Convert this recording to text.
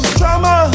drama